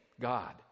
God